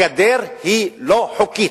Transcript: הגדר היא לא חוקית,